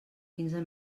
quinze